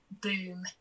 boom